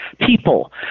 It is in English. people